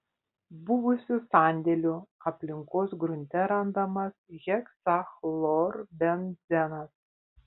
buvusių sandėlių aplinkos grunte randamas heksachlorbenzenas